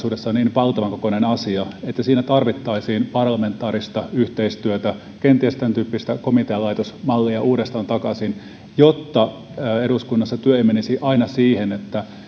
on kokonaisuudessaan niin valtavan kokoinen asia että siinä tarvittaisiin parlamentaarista yhteistyötä kenties tämäntyyppistä komitealaitosmallia uudestaan takaisin jotta eduskunnassa työ ei menisi aina siihen että